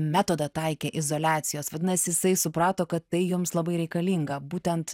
metodą taikė izoliacijos vadinas jisai suprato kad tai jums labai reikalinga būtent